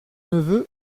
neveu